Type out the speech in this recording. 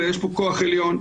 יש פה כוח עליון.